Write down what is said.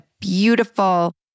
beautiful